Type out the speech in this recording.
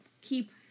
keep